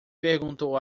perguntou